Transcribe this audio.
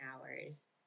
hours